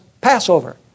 Passover